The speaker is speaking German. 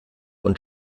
und